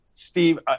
Steve